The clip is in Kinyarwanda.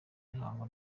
mihango